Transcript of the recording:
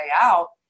out